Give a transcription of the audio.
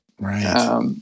Right